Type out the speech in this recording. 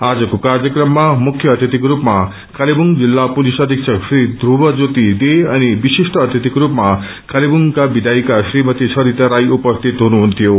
आजको कार्यक्रममा मुख्य अतिथिको स्पमा कालेबुङ जिल्ला पुलिस अंथिक्षक श्री धूर्व ज्योति डे अनि विशिष्ट अतिथिको रूपमा कालेबुङका विषायिका श्रीमती सरिता राई उपस्थित हुनुहुन्थ्यो